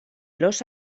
los